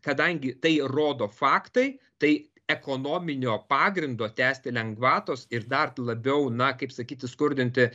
kadangi tai rodo faktai tai ekonominio pagrindo tęsti lengvatos ir dar labiau na kaip sakyti skurdinti